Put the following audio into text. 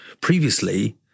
previously